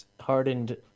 hardened